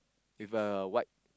with a white